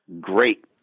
great